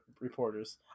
reporters